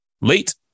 late